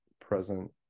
present